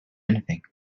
anything